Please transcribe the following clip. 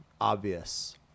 obvious